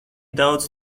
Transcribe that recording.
daudz